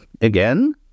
again